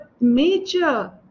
major